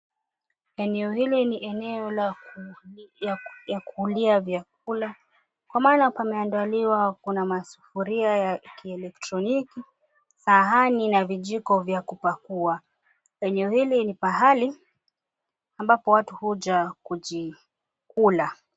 Eneo hili ni eneo la kulia chakula kwa maana limeandaliwa kuna masufuria ya kielektroniki sahani na vijiko vya kupakua, eneo hili ni pahali ambapo watu huja kujikula.